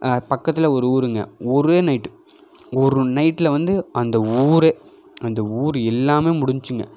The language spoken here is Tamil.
அது பக்கத்தில் ஒரு ஊருங்க ஒரே நைட்டு ஒரு நைட்டில் வந்து அந்த ஊரே அந்த ஊர் எல்லாமே முடிஞ்சுச்சுங்க